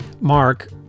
mark